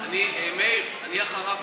מאיר, אני אחריו מסכם.